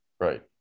Right